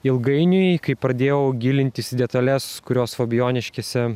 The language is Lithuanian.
ilgainiui kai pradėjau gilintis į detales kurios fabijoniškėse